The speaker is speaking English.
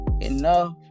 Enough